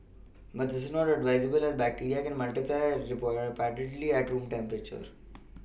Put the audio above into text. but this is not advisable as bacteria can multiply rapidly at room temperature